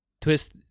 Twist